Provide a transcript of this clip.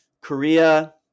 Korea